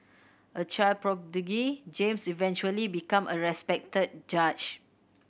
a child prodigy James eventually become a respected judge